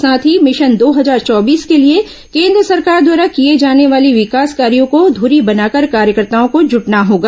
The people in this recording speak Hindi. साथ ही मिशन दो हजार चौबीस के लिए केन्द्र सरकार द्वारा किए जाने वाली विकास कार्यों को धुरी बनाकर कार्यकर्ताओं को जुटना होगा